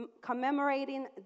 commemorating